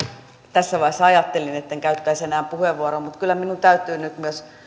tässä vaiheessa ajattelin etten käyttäisi enää puheenvuoroa mutta kyllä minun täytyy nyt myös